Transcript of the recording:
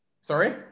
sorry